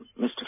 Mr